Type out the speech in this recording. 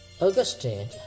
Augustine